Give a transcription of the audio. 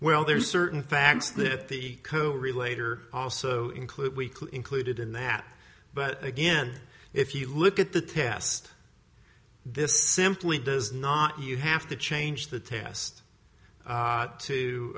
well there are certain facts that the co relator also include weekly included in that but again if you look at the test this simply does not you have to change the test to to